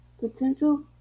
potential